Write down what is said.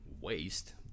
waste